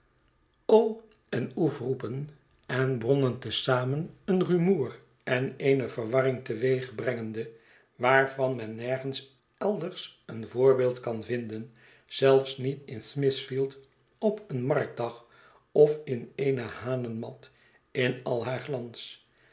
en oef roepen en brommen te zamen een rumoer en eene verwarring teweegbrengende waarvan men nergens elders een voorbeeld kan vinden zelfs niet in smithfield op een marktdag of in eene hanenmat in al haar glans